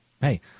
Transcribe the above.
Hey